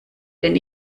denn